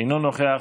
אינו נוכח.